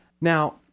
Now